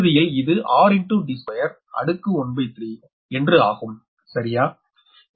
இறுதியில் இது ⅓ என்று ஆகும் சரியா